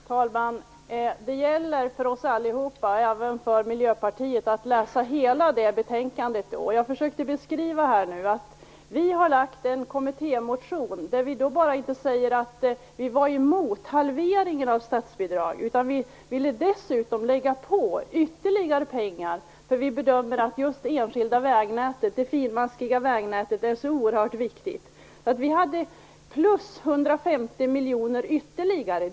Herr talman! Det gäller för oss allihop, även för Miljöpartiet, att läsa hela betänkandet. Jag försökte beskriva att vi har väckt en kommittémotion, där vi inte bara talar om att vi är emot halveringen av statsbidraget utan att vi dessutom vill lägga på ytterligare pengar, eftersom vi bedömer att just det enskilda finmaskiga vägnätet är så oerhört viktigt. Vi föreslog ytterligare 150 miljoner kronor till detta anslag.